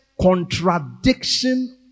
contradiction